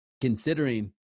considering